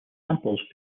samples